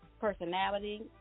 personality